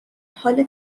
حال